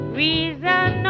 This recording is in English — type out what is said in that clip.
reason